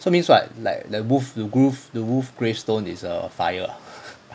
so means what like the wolf the wolf the wolf gravestone is a fire ah